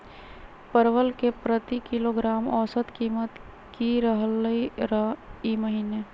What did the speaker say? परवल के प्रति किलोग्राम औसत कीमत की रहलई र ई महीने?